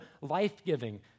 life-giving